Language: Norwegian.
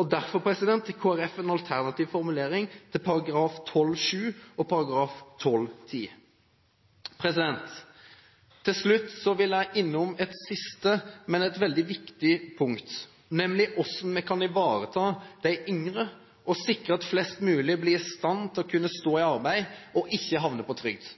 Derfor har Kristelig Folkeparti en alternativ formulering til § 12-7 og § 12-10. Til slutt vil jeg innom et siste, men veldig viktig punkt, nemlig hvordan vi kan ivareta de yngre og sikre at flest mulig blir i stand til å kunne stå i arbeid og ikke havne på trygd.